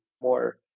more